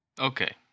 Okay